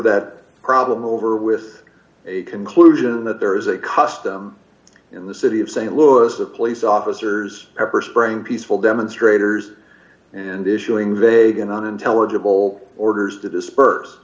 that problem over with a conclusion that there is a custom in the city of st louis the police officers pepper spraying peaceful demonstrators and issuing they again unintelligible orders to disperse